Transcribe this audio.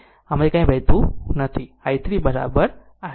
આમાંથી કંઇક વહેતું નથી અને આ ઓપન નો અર્થ i 3 i 1